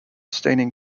staining